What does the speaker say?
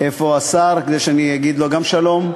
איפה השר, כדי שאגיד גם לו שלום?